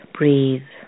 breathe